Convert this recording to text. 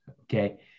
Okay